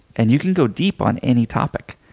and you can go deep on any topic.